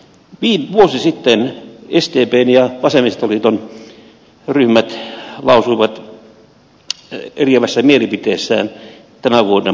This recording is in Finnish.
vuosi sitten sdpn ja vasemmistoliiton ryhmät lausuivat eriävässä mielipiteessään tämän vuoden budjetin osalta